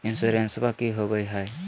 इंसोरेंसबा की होंबई हय?